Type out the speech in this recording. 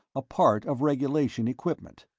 a part of regulation equipment.